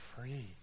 free